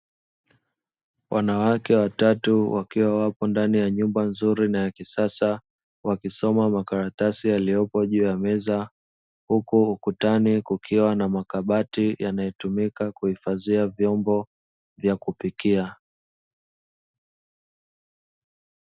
Wanawake watatu wakiwa wapo ndani ya nyumba nzuri na yakisasa wakisoma makaratasi yaliyopo juu ya meza, huku ukutani kukiwa na makabati yanayotumika kuhifadhia vyombo vya kupikia.